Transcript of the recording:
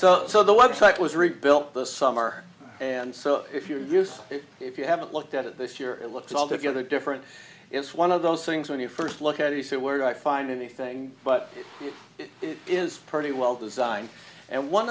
so so the website was rebuilt the summer and so if you use it if you haven't looked at it this year it looks altogether different it's one of those things when you first look at it he said where do i find anything but it is pretty well designed and one